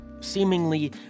seemingly